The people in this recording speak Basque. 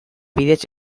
bidez